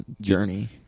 journey